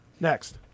Next